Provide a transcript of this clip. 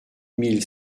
mille